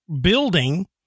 building